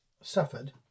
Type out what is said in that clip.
suffered